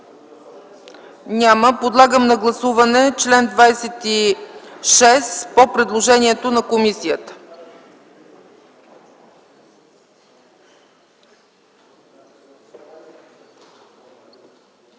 Няма. Подлагам на гласуване чл. 26 по предложението на комисията.